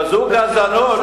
כזו גזענות.